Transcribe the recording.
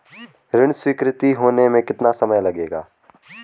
ऋण स्वीकृति होने में कितना समय लगेगा?